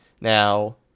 Now